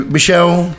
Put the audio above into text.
Michelle